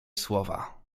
słowa